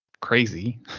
crazy